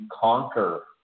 conquer